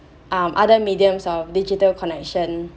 um other mediums of digital connection